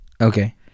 Okay